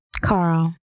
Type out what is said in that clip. Carl